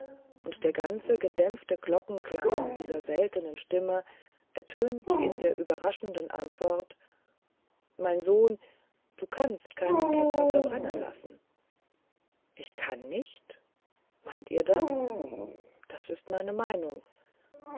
und der ganze gedämpfte glockenklang dieser seltenen stimme ertönt in der überraschenden antwort mein sohn du kannst keinen ketzer verbrennen lassen ich kann nicht meint ihr das das ist meine meinung